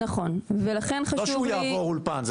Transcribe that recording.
ולא שהוא יעבור אולפן.